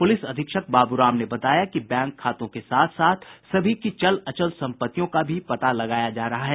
police अधीक्षक बाबू राम ने बताया कि बैंक खातों के साथ साथ सभी की चल अचल सम्पत्तियों का भी पता लगाया जा रहा है